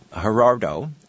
Gerardo